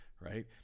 right